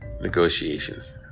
negotiations